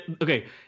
Okay